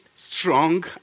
Strong